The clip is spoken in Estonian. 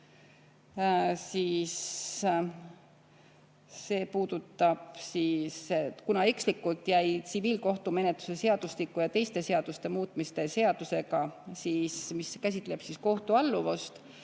nr 2 puudutab seda, et ekslikult jäi tsiviilkohtumenetluse seadustiku ja teiste seaduste muutmise seadusega, mis käsitleb kohtualluvust,